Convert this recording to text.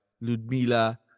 Ludmila